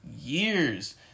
years